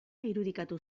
irudikatu